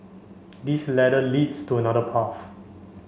this ladder leads to another path